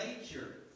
nature